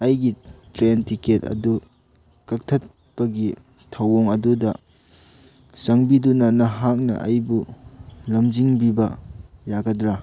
ꯑꯩꯒꯤ train ticket ꯑꯗꯨ ꯀꯛꯊꯠꯄꯒꯤ ꯊꯧꯑꯣꯡ ꯑꯗꯨꯗ ꯆꯥꯟꯕꯤꯗꯨꯅ ꯅꯍꯥꯛꯅ ꯑꯩꯕꯨ ꯂꯝꯖꯤꯡꯕꯤꯕ ꯌꯥꯒꯗ꯭ꯔ